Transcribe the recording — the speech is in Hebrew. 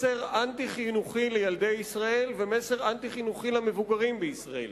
מסר אנטי-חינוכי לילדי ישראל ומסר אנטי-חינוכי למבוגרים בישראל.